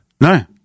No